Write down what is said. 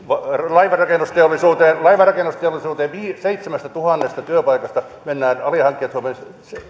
laivanrakennusteollisuudessa laivanrakennusteollisuudessa seitsemästätuhannesta työpaikasta mennään alihankkijat mukaan